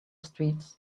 streets